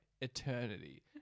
Eternity